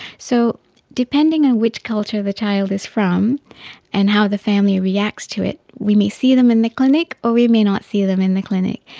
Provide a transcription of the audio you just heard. so depending on which culture the child is from and how the family reacts to it, we may see them in the clinic or we may not see them in the clinic.